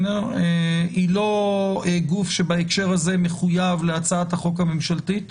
היא לא גוף שבהקשר הזה מחויב להצעת החוק הממשלתית.